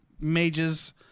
mages